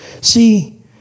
See